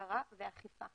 בקרה ואכיפה